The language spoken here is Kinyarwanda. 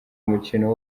umukino